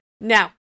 Now